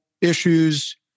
issues